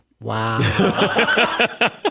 Wow